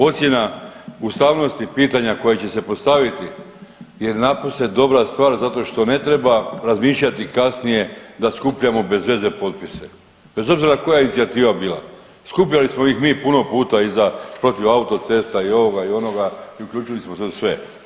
Ocjena ustavnosti pitanja koja će se postaviti je napose dobra stvar zato što ne treba razmišljati kasnije da skupljamo bez veze potpise bez obzira koja inicijativa bila, skupljali smo ih mi puno puta i za, protiv autocesta i ovoga i onoga i uključili smo se u sve.